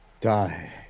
Die